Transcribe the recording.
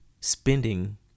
spending